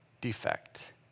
defect